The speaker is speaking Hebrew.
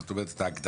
זאת אומרת את ההגדרה